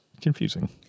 confusing